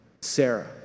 Sarah